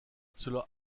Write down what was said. cela